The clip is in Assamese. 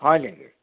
হয় নেকি